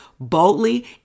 Boldly